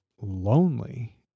lonely